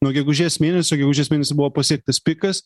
nuo gegužės mėnesio gegužės mėnesį buvo pasiektas pikas